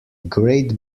great